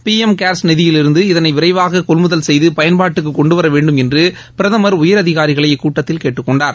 PM CARES நிதியிலிருந்து இதனை விரைவாக கொள்முதல் செய்து பயன்பாட்டுக்கு கொண்டுவர வேண்டும் என்று பிரதமர் உயர் அதிகாரிகளை இக்கூட்டத்தில் கேட்டுக்கொண்டார்